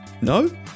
No